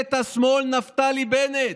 ממשלת השמאל נפתלי בנט.